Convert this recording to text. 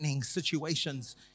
situations